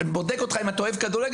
בודק אותך אם אתה אוהב כדורגל?